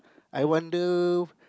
I wonder